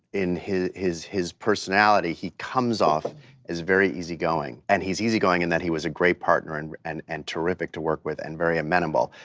in his his personality, he comes off as very easygoing. and he's easygoing in that he was a great partner and and and terrific to work with and very amenable.